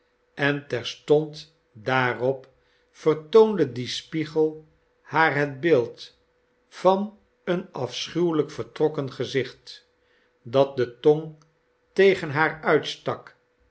en terstond daarop vertoonde die spiegel haar het beeld van een afschuwelijk vertrokken gezicht dat de tong tegen haar uitstak